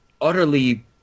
utterly